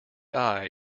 eye